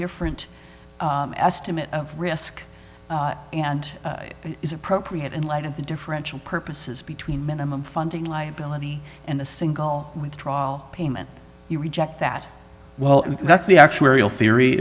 different estimate of risk and is appropriate in light of the differential purposes between minimum funding liability and a single withdrawal payment you reject that well that's the actuarial theory